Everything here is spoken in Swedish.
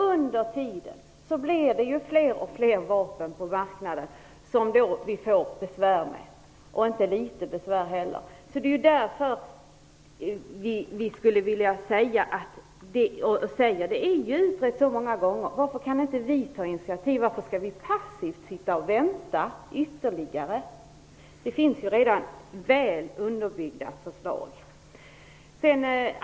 Under tiden blir det allt fler vapen på marknaden och dessa får vi besvär med - och inte litet besvär för den delen. Därför säger vi att det här har utretts så många gånger. Varför kan inte vi ta initiativ? Varför skall vi passivt vänta ytterligare? Det finns ju redan väl underbyggda förslag.